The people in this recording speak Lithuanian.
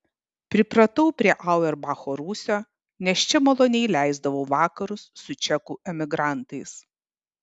pripratau prie auerbacho rūsio nes čia maloniai leisdavau vakarus su čekų emigrantais